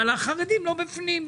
אבל החרדים לא בפנים.